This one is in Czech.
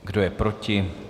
Kdo je proti?